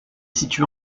située